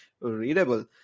readable